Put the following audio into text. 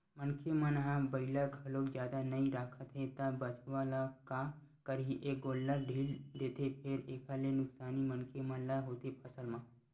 मनखे मन ह बइला घलोक जादा नइ राखत हे त बछवा ल का करही ए गोल्लर ढ़ील देथे फेर एखर ले नुकसानी मनखे मन ल होथे फसल म